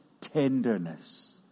tenderness